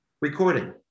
recording